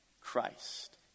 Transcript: Christ